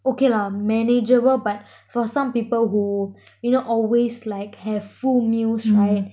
okay lah manageable but for some people who you know always like have full meals right